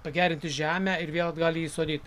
pagerinti žemę ir vėl atgal jį sodint